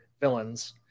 villains